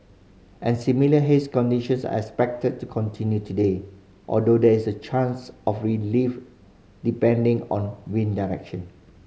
and similar haze conditions are expected to continue today although there is a chance of relief depending on wind direction